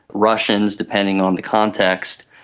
russians, depending on the context.